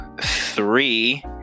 three